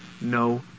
no